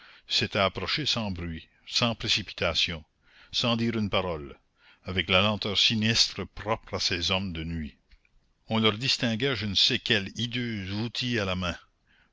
s'étaient approchés sans bruit sans précipitation sans dire une parole avec la lenteur sinistre propre à ces hommes de nuit on leur distinguait je ne sais quels hideux outils à la main